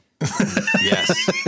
Yes